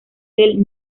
del